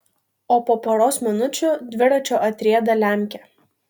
o po poros minučių dviračiu atrieda lemkė